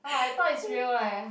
ah I thought it's really leh